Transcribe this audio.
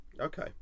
okay